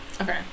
okay